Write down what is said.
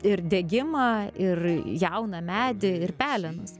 ir degimą ir jauną medį ir pelenus